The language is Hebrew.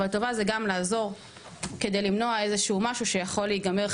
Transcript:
אבל טובה זה גם לעזור כדי למנוע איזשהו משהו שיכול להיגמר,